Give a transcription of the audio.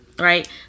Right